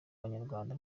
abanyarwanda